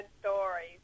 stories